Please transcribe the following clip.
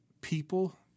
people